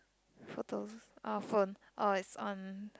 photos or phone orh is on